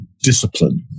discipline